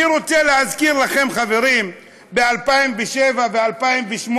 אני רוצה להזכיר לכם, חברים, ב-2007 וב-2008,